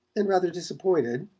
and rather disappointed,